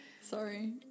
sorry